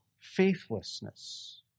faithlessness